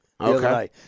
okay